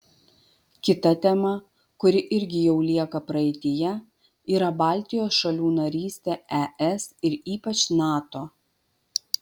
kita tema kuri irgi jau lieka praeityje yra baltijos šalių narystė es ir ypač nato